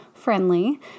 Friendly